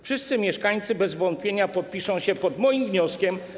Wszyscy mieszkańcy bez wątpienia podpiszą się pod moim wnioskiem.